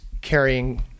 carrying